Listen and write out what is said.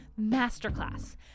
Masterclass